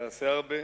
ועשה הרבה.